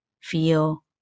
feel